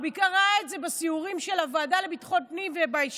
הוא בעיקר ראה את זה בסיורים של הוועדה לביטחון פנים ובישיבות.